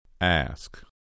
Ask